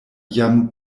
jam